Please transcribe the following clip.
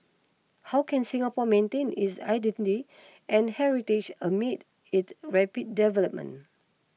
how can Singapore maintain is identity and heritage amid it rapid development